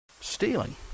Stealing